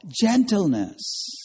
gentleness